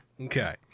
Okay